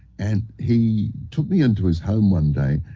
and he took me into his home one day,